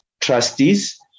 trustees